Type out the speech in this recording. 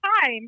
time